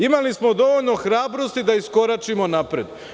Imali smo dovoljno hrabrosti da iskoračimo napred.